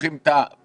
פותחים את המקום,